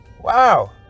wow